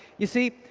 you see,